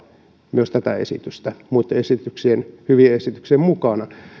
myös tätä esitystä muitten hyvien esityksien mukana